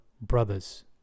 brothers